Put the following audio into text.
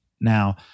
Now